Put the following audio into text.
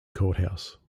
courthouse